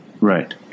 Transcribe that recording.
Right